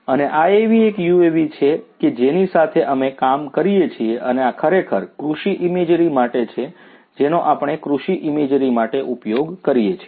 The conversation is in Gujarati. અને આ એવી એક યુએવી છે કે જેની સાથે અમે કામ કરીએ છીએ અને આ ખરેખર કૃષિ ઇમેજરી માટે છે જેનો આપણે કૃષિ ઇમેજરી માટે ઉપયોગ કરીએ છીએ